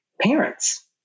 parents